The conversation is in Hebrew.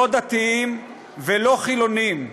לא דתיים ולא חילונים,